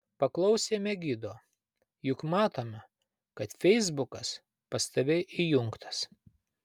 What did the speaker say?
paklausėme gido juk matome kad feisbukas pas tave įjungtas